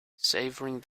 savouring